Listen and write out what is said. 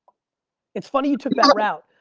it's funny you took that route.